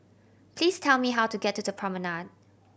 please tell me how to get to the Promenade